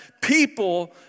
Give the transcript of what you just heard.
people